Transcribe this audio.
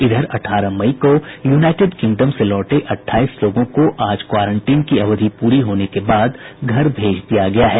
इधर अठारह मई को यूनाईटेड किंगडम से लौटे अठाईस लोगों को आज क्वारेंटीन की अवधि पूरी होने के बाद घर भेज दिया गया है